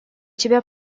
тебя